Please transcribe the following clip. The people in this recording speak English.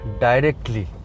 directly